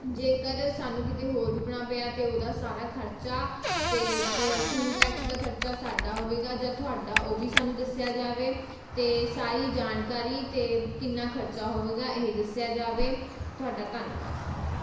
ਜੇਕਰ ਸਾਨੂੰ ਕਿਤੇ ਹੋਰ ਰੁਕਣਾ ਪਿਆ ਅਤੇ ਉਹਦਾ ਸਾਰਾ ਖਰਚਾ ਅਤੇ ਟੂਲ ਟੈਕਸ ਦਾ ਖਰਚਾ ਸਾਡਾ ਹੋਵੇਗਾ ਜਾਂ ਤੁਹਾਡਾ ਉਹ ਵੀ ਸਾਨੂੰ ਦੱਸਿਆ ਜਾਵੇ ਅਤੇ ਸਾਰੀ ਜਾਣਕਾਰੀ ਅਤੇ ਕਿੰਨਾ ਖਰਚਾ ਹੋਵੇਗਾ ਇਹ ਦੱਸਿਆ ਜਾਵੇ ਤੁਹਾਡਾ ਧੰਨਵਾਦ